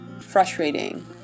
frustrating